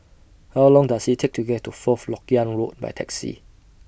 How Long Does IT Take to get to Fourth Lok Yang Road By Taxi